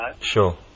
Sure